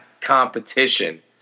competition